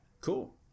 Cool